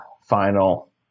final